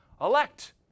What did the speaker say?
elect